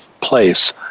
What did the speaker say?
place